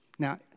Now